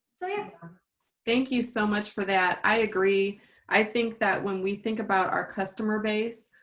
so yeah thank you so much for that i agree i think that when we think about our customer base,